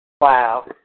Wow